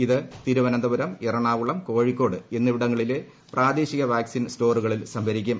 ഇത് തിരുവനന്തപുരം എറണാകുളം കോഴിക്കോട് എന്നിവിടങ്ങളിലെ പ്രാദേശിക വാക്സിൻ സ്റ്റോറുകളിൽ സംഭരിക്കും